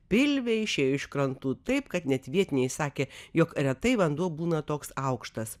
pilvė išėjo iš krantų taip kad net vietiniai sakė jog retai vanduo būna toks aukštas